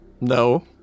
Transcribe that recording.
No